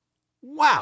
Wow